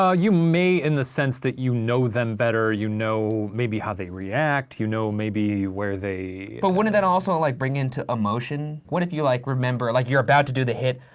ah you may in the sense that you know them better, you know maybe how they react, you know maybe where they but wouldn't that also like bring into emotion? what if you like remember, like you're about to do the hit,